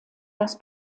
das